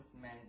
men